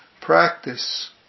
Practice